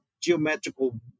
geometrical